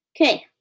Okay